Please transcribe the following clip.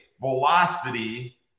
velocity